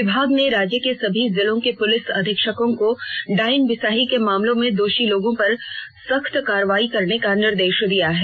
विभाग ने राज्य के सभी जिलों के पुलिस अधीक्षकों को डायन बिसाही के मामलों में दोषी लोगों पर सख्त कार्रवाई करने का निर्देश दिया है